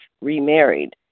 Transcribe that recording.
remarried